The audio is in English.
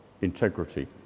integrity